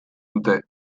dute